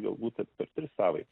galbūt ir per tris savaites